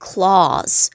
Claws